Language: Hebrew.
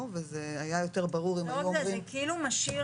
וזה היה יותר ברור אם היו אומרים --- זה כאילו משאיר